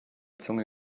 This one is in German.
zunge